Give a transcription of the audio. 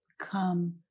Come